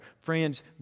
Friends